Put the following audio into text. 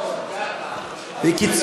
למנצח שיר